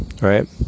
right